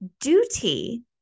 duty